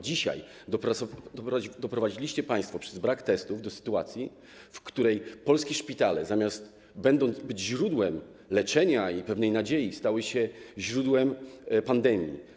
Dzisiaj doprowadziliście państwo przez brak testów do sytuacji, w której polskie szpitale, zamiast być źródłem leczenia i pewnej nadziei, stały się źródłem pandemii.